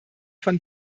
von